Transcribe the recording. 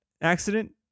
accident